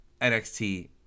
NXT